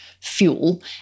fuel